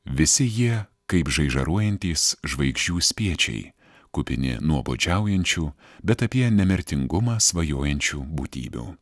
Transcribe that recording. visi jie kaip žaižaruojantys žvaigždžių spiečiai kupini nuobodžiaujančių bet apie nemirtingumą svajojančių būtybių